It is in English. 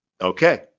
Okay